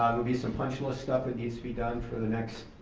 be some punchless stuff that needs to be done for the next,